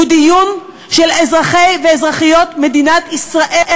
הוא דיון של אזרחי ואזרחיות מדינת ישראל,